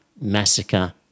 massacre